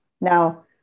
now